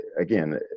again